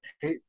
Hey